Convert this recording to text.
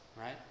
right